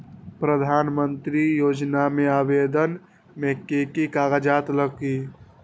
प्रधानमंत्री योजना में आवेदन मे की की कागज़ात लगी?